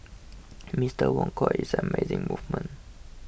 Mister Wong called it an amazing moment